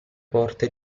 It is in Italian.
porta